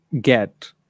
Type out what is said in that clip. get